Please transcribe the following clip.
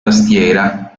tastiera